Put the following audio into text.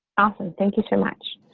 awesome. thank you so much.